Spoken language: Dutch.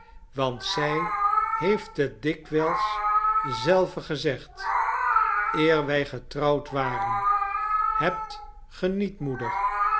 want zij heeft het dikwijls zelve gezegd eer wij getrouwd waren hebt ge niet moeder